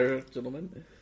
gentlemen